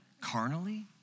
carnally